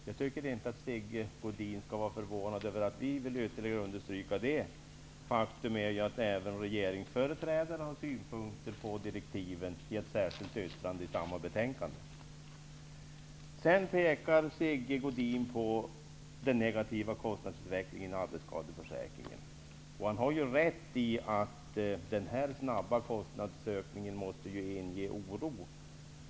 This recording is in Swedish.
Jag tycker inte att Sigge Godin skall vara förvånad över att vi vill understryka detta. Faktum är att även regeringsföreträdare i ett särskilt yttrande vid samma betänkande har synpunkter på direktiven. Sigge Godin pekar vidare på den negativa kostnadsutvecklingen inom arbetsskadeförsäkringen. Han har rätt i att den snabba kostnadsökningen inger oro.